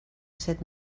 set